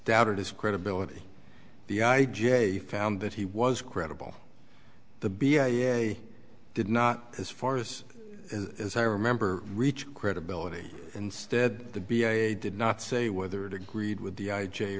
doubted his credibility the i j a found that he was credible the b i did not as far as as i remember reach credibility instead the b a did not say whether it agreed with the i j